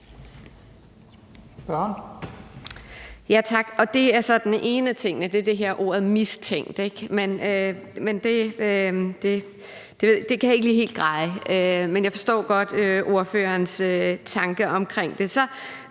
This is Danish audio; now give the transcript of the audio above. Det er så den ene af tingene – det er det her ord mistænkt, ikke? Det kan jeg ikke lige helt greje, men jeg forstår godt ordførerens tanke omkring det.